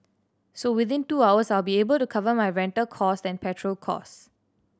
so within two hours I'll be able to cover my rental cost than petrol cost